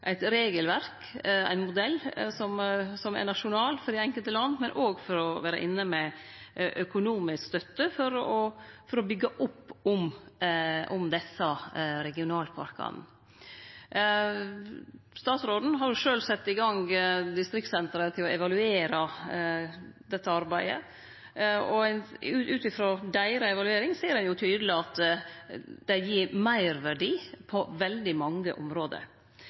inne med økonomisk støtte for å byggje opp om desse regionalparkane. Statsråden har sjølv sett i gang Distriktssenteret til å evaluere dette arbeidet, og ut ifrå deira evaluering er det tydeleg at det gir meirverdi på veldig mange område.